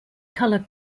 color